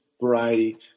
variety